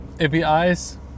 apis